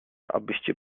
abyście